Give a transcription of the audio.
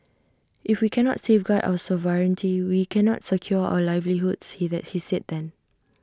if we cannot safeguard our sovereignty we cannot secure our livelihoods he he said then